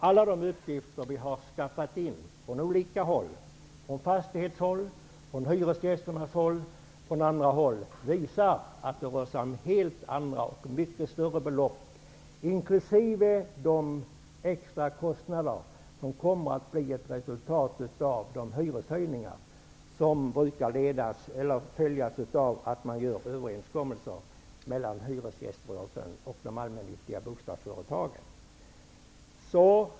Alla uppgifter som vi har skaffat in från olika håll, från fastighetshåll, från hyresgästernas håll och från andra håll, visar att det rör sig om helt andra och mycket större belopp, inkl. de extrakostnader som kommer att bli ett resultat av de hyreshöjningar som brukar följa av att man träffar överenskommelser mellan hyresgäströrelsen och de allmännyttiga bostadsföretagen.